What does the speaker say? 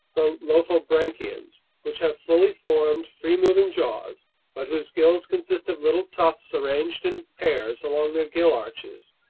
the lophobranchians, which have fully formed, free-moving jaws but whose gills consist of little tufts arranged in pairs along their gill arches.